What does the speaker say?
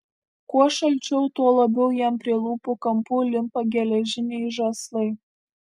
kuo šalčiau tuo labiau jam prie lūpų kampų limpa geležiniai žąslai